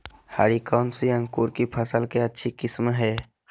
हरी कौन सी अंकुर की फसल के अच्छी किस्म है?